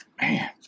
Man